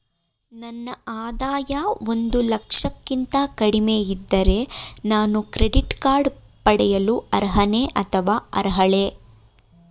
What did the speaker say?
ನನ್ನ ಆದಾಯ ಒಂದು ಲಕ್ಷಕ್ಕಿಂತ ಕಡಿಮೆ ಇದ್ದರೆ ನಾನು ಕ್ರೆಡಿಟ್ ಕಾರ್ಡ್ ಪಡೆಯಲು ಅರ್ಹನೇ ಅಥವಾ ಅರ್ಹಳೆ?